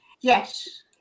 yes